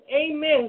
Amen